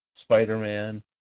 Spider-Man